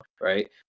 right